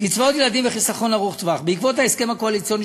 קצבאות ילדים וחיסכון ארוך טווח: בעקבות ההסכם הקואליציוני